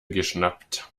geschnappt